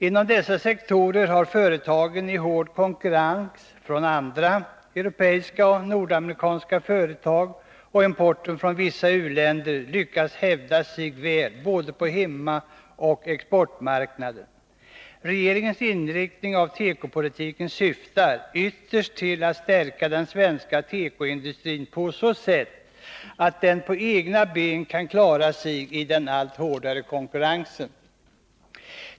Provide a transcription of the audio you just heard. Inom dessa sektorer har företagen i hård konkurrens från andra europeiska och nordamerikanska företag och importen från vissa u-länder lyckats hävda sig väl på både hemmaoch exportmarknaden. Regeringens inriktning av tekopolitiken syftar ytterst till att stärka den svenska tekoindustrin på så sätt att den på egna ben kan klara sig i den allt hårdare konkurrensen.